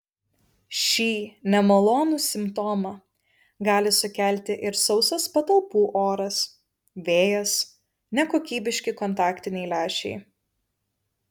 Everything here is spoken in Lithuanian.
šį nemalonų simptomą gali sukelti ir sausas patalpų oras vėjas nekokybiški kontaktiniai lęšiai